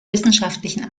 wissenschaftlichen